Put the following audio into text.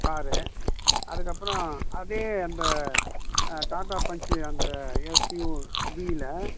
car அதுக்கப்பறம் அதே அந்த டாடா பஞ்ச்சு அந்த எஸ்யூவில்